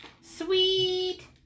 Sweet